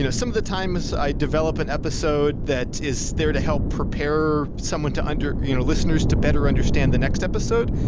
you know some of the time i develop an episode that is there to help prepare someone to and you know listeners to better understand the next episode.